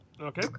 Okay